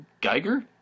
Geiger